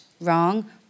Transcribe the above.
wrong